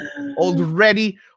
already